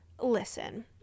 Listen